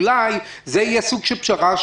אולי זה יהיה סוג של פשרה,